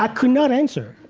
ah could not answer.